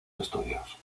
estudios